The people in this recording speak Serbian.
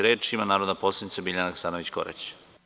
Reč ima narodna poslanica Biljana Hasanović Korać.